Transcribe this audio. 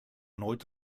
nooit